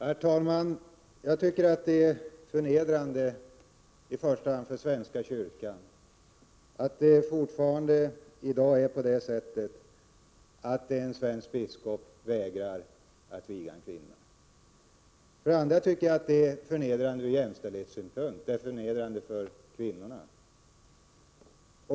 Herr talman! Jag tycker för det första att det är förnedrande för svenska kyrkan att en svensk biskop fortfarande vägrar att viga en kvinna. För det andra tycker jag att detta ur jämställdhetssynpunkt är förnedrande för kvinnorna.